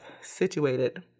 situated